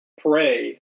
pray